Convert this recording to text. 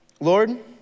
Lord